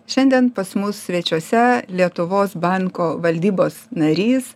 šiandien pas mus svečiuose lietuvos banko valdybos narys